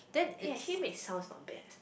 eh actually make sounds not bad eh